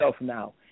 now